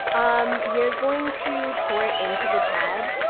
um you're going to pour it into the pad.